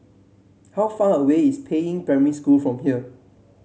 how far away is Peiying Primary School from here